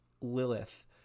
Lilith